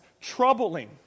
troubling